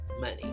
money